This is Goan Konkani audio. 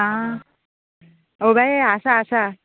आं बाये आसा आसा